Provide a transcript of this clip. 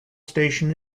station